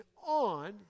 on